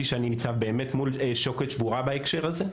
שאני נמצא מול שוקת שבורה בהקשר הזה.